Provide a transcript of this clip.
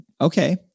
okay